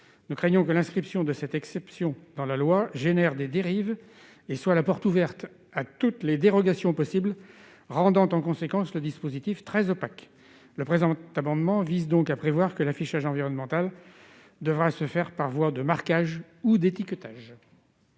Nous craignons que l'inscription de cette exception dans la loi engendre des dérives et soit la porte ouverte à toutes les dérogations possibles et imaginables, rendant en conséquence le dispositif très opaque. Le présent amendement vise donc à prévoir que l'affichage environnemental devra se faire par voie de marquage ou d'étiquetage.